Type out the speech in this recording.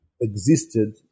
existed